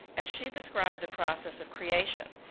as she described the process of creation,